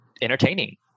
entertaining